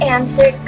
Answer